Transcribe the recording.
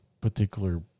particular